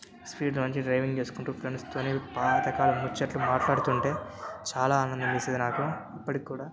స్పీడ్లో మంచి డ్రైవింగ్ చేసుకుంటూ ఫ్రెండ్స్తో పాతకాలం ముచ్చట్లు మాట్లాడుతుంటే చాలా ఆనందమేసేది నాకు ఇప్పటికి కుడా